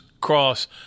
cross